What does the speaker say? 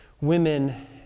women